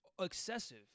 excessive